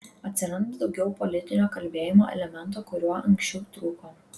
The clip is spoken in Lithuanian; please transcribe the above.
atsiranda daugiau politinio kalbėjimo elemento kuriuo anksčiau trūko